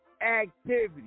activity